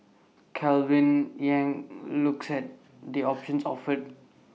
Calvin yang looks at the options offered